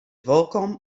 wolkom